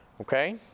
Okay